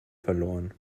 verloren